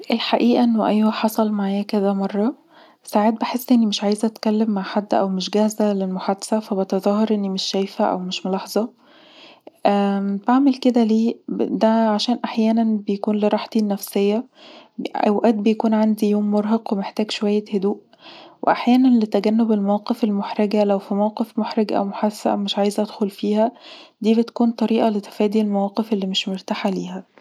الحقيقه ان أيوة، حصل معايا كذا مرة. ساعات بحس إني مش عاوزة أتكلم مع حد أو مش جاهزة للمحادثة، فبتظاهر إني مش شايفه أو مش ملاحظه، بعمل كدا ليه ده عشان احيانا بيكون لراحتي النفسيه، اوقات بيكون عندي يوم مرهق ومحتاج شوية هدوء، واحيانا لتجنب المواقف المحرجه لو في موقف محرج او محادثه مش عايزه ادخل فيها دي بتكون طريقه لتفادي المواقف اللي مش مرتاحه ليها